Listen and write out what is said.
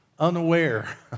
Unaware